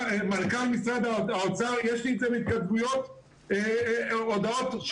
מנכ"ל משרד האוצר יש לי התכתבויות לפיהן הוא